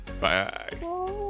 Bye